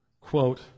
Quote